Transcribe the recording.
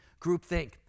groupthink